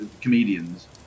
comedians